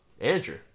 Andrew